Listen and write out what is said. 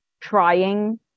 trying